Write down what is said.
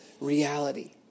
reality